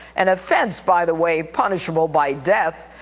an offense by the way, punishable by death,